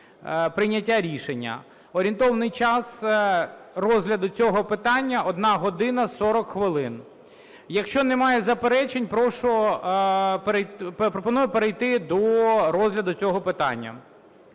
прийняття рішення. Орієнтовний час розгляду цього питання – 1 година 40 хвилин. Якщо немає заперечень, прошу… пропоную перейти до розгляду цього питання.